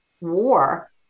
war